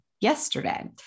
yesterday